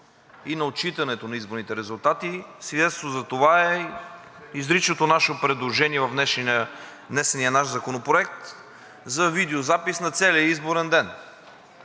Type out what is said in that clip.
и на отчитането на изборните резултати. Свидетелство за това е изричното ни предложение – във внесения наш законопроект за видеозапис на целия изборен ден,